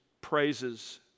praises